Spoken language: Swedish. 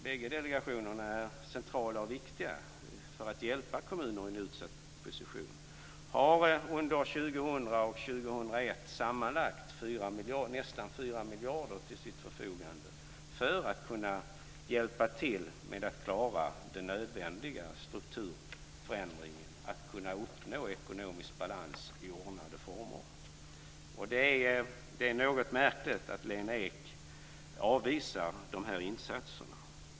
bägge delegationerna är centrala och viktiga för att hjälpa kommuner i en utsatt position - har för 2000 och 2001 sammanlagt nästan 4 miljarder till sitt förfogande för att kunna hjälpa till att klara den nödvändiga strukturförändringen och uppnå ekonomisk balans i ordnade former. Det är något märkligt att Lena Ek avvisar dessa insatser.